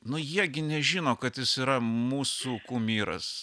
nu jie gi nežino kad jis yra mūsų myras